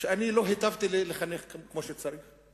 שאני לא היטבתי לחנך כמו שצריך.